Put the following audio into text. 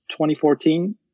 2014